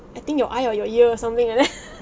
I think your eye or your ear or something like that